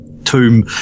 tomb